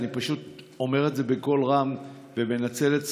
אני פשוט אומר את זה בקול רם ומנצל את זכותי,